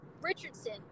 Richardson